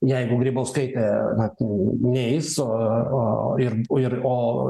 jeigu grybauskaitė na neis o o ir ir o